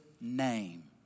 name